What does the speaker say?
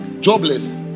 Jobless